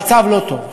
המצב לא טוב.